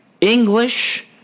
English